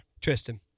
Tristan